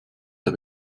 der